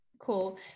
Cool